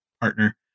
partner